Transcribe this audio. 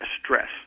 stress